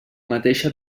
mateixa